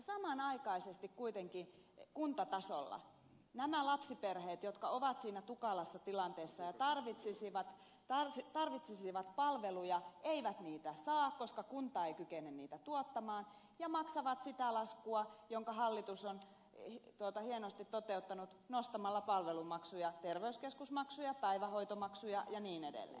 samanaikaisesti kuitenkin kuntatasolla nämä lapsiperheet jotka ovat siinä tukalassa tilanteessa ja tarvitsisivat palveluja eivät niitä saa koska kunta ei kykene niitä tuottamaan ja maksavat sitä laskua jonka hallitus on hienosti toteuttanut nostamalla palvelumaksuja terveyskeskusmaksuja päivähoitomaksuja ja niin edelleen